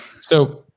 So-